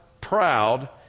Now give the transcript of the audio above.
proud